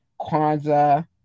Kwanzaa